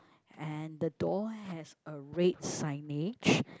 and the door has a red signage